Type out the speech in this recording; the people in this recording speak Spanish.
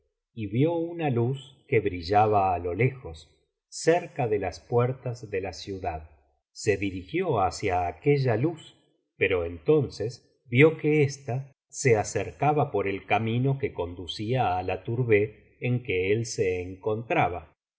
y vio una luz que brillaba á lo lejos cerca de las puertas de la ciudad se dirigió hacia aquella luz pero entonces vio que ésta se acercaba por el camino que conducía á la towrbeh n que él se encontraba